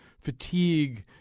fatigue